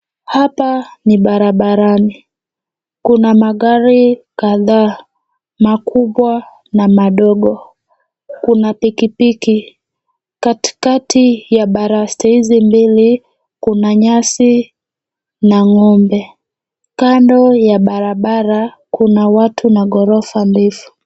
Hapa ni barabarani, kuna magari kadhaa makubwa na madogo kuna pikipiki. Katikati ya baraste hizi mbili kuna nyasi na ng'ombe. Kando ya barabara kuna watu na ghorofa ndefu.